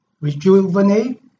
rejuvenate